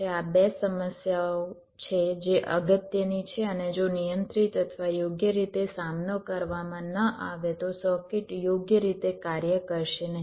આ બે સમસ્યાઓ છે જે અગત્યની છે અને જો નિયંત્રિત અથવા યોગ્ય રીતે સામનો કરવામાં ન આવે તો સર્કિટ યોગ્ય રીતે કાર્ય કરશે નહીં